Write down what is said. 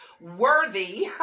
worthy